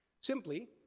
Simply